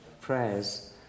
prayers